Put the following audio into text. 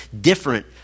different